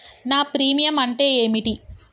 నా ప్రీమియం అంటే ఏమిటి?